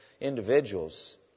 individuals